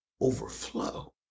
overflow